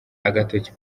agatoki